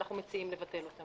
ואנחנו מציעים לבטל אותם.